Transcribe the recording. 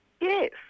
Yes